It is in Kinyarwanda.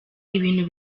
ibintu